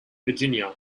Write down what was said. virginia